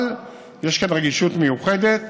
אבל יש כאן רגישות מיוחדת.